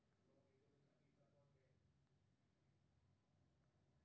अपन पासबुकक अंतिम मुद्रित पृष्ठ खोलि कें डालू